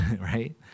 right